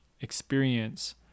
experience